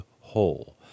whole